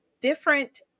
different